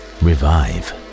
revive